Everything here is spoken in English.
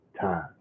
time